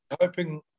hoping